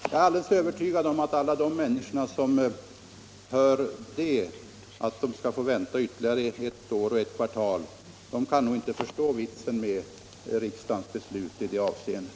Jag är övertygad om att de som hör att de skall få vänta i ytterligare ett år och ett kvartal inte kan förstå vitsen med riksdagens beslut i det avseendet.